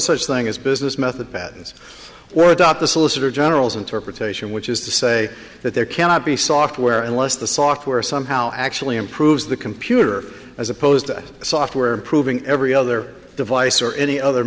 such thing as business method bad is or adopt the solicitor general's interpretation which is to say that there cannot be software unless the software somehow actually improves the computer as opposed to software approving every other device or any other